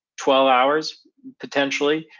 twelve hours potentially,